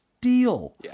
deal